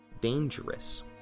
dangerous